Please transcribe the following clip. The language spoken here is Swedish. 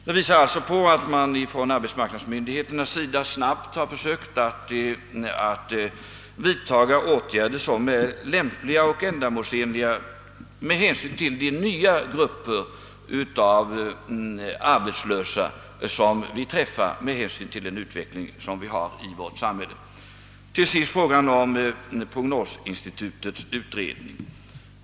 Detta visar att arbetsmarknadsmyndigheterna snabbt har försökt vidtaga åtgärder som är lämpliga och ändamålsenliga med hänsyn till de nya grupper av arbetslösa som tillkommer på grund av utvecklingen i vårt samhälle. Till sist gällde det prognosinstitutets utredning.